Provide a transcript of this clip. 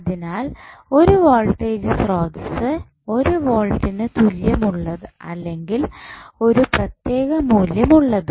അതിനാൽ ഒരു വോൾട്ടേജ് സ്രോതസ്സ് ഒരു വോൾട്ടിന് തുല്യം ഉള്ളത് അല്ലെങ്കിൽ ഒരു പ്രത്യേക മൂല്യം ഉള്ളത്